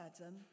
Adam